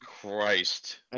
Christ